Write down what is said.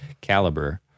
caliber